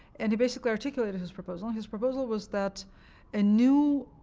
and he basically articulated his proposal. his proposal was that a new